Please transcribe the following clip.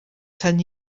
ten